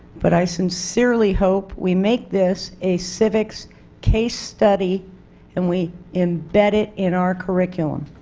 but i sincerely hope we make this a civics case study and we embedded in our curriculum.